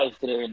today